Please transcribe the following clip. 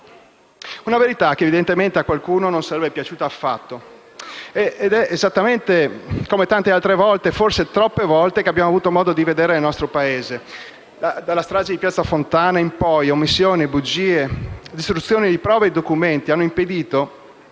Una verità che, evidentemente, a qualcuno non sarebbe piaciuta affatto. Esattamente come tante altre volte, forse troppe, abbiamo avuto modo di vedere nel nostro Paese. Dalla strage di Piazza Fontana in poi, omissioni, bugie e distruzione di prove e di documenti hanno impedito